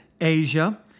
Asia